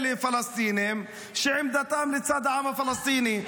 אלה פלסטינים שעמדתם לצד העם הפלסטיני.